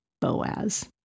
Boaz